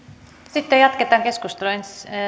sitten jatketaan keskustelua